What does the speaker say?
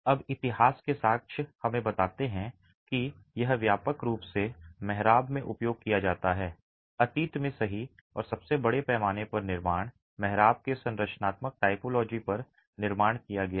अब इतिहास के साक्ष्य हमें बताते हैं कि यह व्यापक रूप से मेहराब में उपयोग किया जाता है अतीत में सही और सबसे बड़े पैमाने पर निर्माण मेहराब के संरचनात्मक टाइपोलॉजी पर निर्माण किया गया है